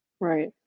Right